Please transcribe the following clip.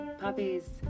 puppies